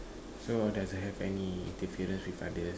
so doesn't have any interference with others